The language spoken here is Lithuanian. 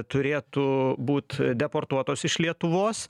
turėtų būt deportuotos iš lietuvos